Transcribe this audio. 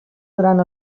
durant